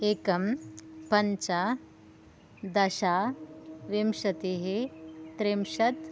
एकं पञ्च दश विंशतिः त्रिंशत्